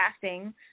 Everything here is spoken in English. casting